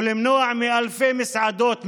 למנוע מאלפי מסעדות,